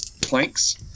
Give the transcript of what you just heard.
planks